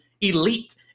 elite